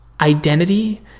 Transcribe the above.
identity